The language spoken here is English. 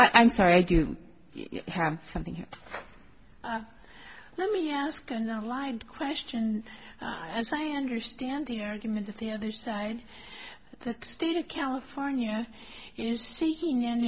i'm sorry i do have something here let me ask another line question as i understand the argument that the other side the state of california is seeking an